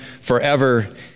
forever